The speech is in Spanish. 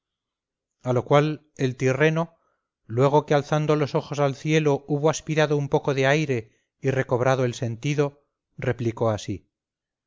a lo cual el tirreno luego que alzando los ojos al cielo hubo aspirado un poco de aire y recobrado el sentido replicó así